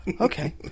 okay